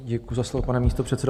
Děkuji za slovo, pane místopředsedo.